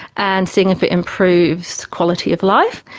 and seeing if it improves quality of life.